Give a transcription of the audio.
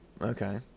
Okay